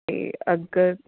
ਅਤੇ ਅਗਰ